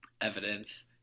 evidence